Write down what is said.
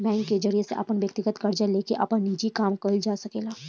bank के जरिया से अपन व्यकतीगत कर्जा लेके आपन निजी काम कइल जा सकेला